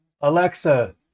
alexa